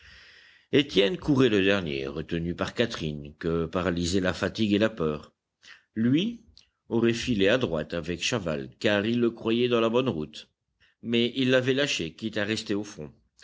étienne courait le dernier retenu par catherine que paralysaient la fatigue et la peur lui aurait filé à droite avec chaval car il le croyait dans la bonne route mais il l'avait lâché quitte à rester au fond